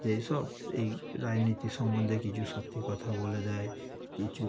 যে এই সব এই রাজনীতি সম্বন্ধে কিছু সত্যি কথা বলে দেয় কিছু